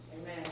amen